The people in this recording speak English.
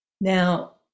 Now